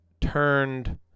turned –